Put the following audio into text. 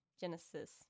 Genesis